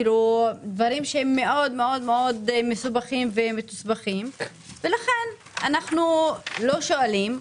זה כאילו דברים שהם מאוד מסובכים ומתוסבכים ולכן אנחנו לא שואלים,